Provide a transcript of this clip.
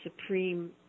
supreme